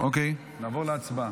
נעבור להצבעה.